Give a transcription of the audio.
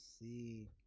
see